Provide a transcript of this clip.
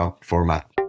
format